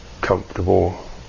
comfortable